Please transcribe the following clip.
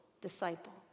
disciple